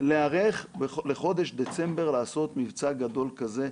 להיערך לחודש דצמבר לעשות מבצע גדול כזה,